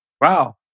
wow